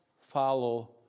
follow